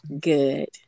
Good